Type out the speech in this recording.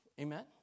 Amen